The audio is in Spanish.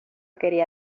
quería